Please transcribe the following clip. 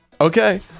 Okay